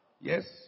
Yes